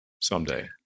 someday